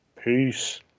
Peace